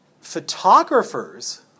photographers